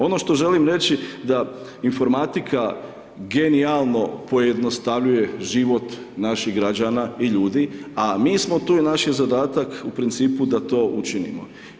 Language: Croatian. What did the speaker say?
Ono što želim reći da informatika genijalno pojednostavljuje život naših gađana i ljudi, a mi smo tu i naš je zadatak u principu da to učinimo.